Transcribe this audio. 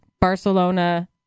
Barcelona